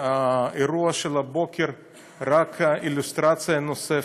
והאירוע של הבוקר הוא רק אילוסטרציה נוספת,